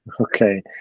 okay